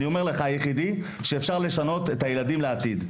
אני אומר לך היחידי שאפשר לשנות את הילדים לעתיד.